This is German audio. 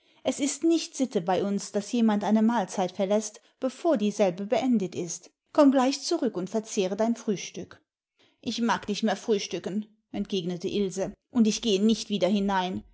es ist nicht sitte bei uns daß jemand eine mahlzeit verläßt bevor dieselbe beendet ist komm gleich zurück und verzehre dein frühstück ich mag nicht mehr frühstücken entgegnete ilse und ich gehe nicht wieder hinein